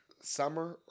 Summer